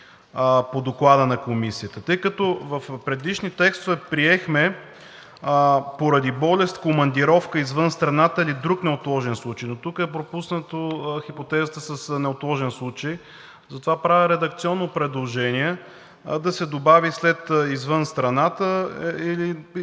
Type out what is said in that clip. по Доклада на Комисията. Тъй като в предишни текстове приехме „поради болест, командировка извън страната или друг неотложен случай“, тук е пропусната хипотезата с „неотложен случай“. Затова правя редакционно предложение да се добави след „извън страната“